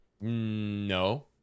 No